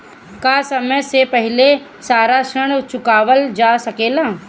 का समय से पहले सारा ऋण चुकावल जा सकेला?